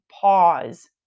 pause